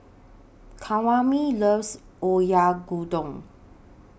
Kwame loves Oyakodon